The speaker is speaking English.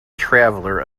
traveller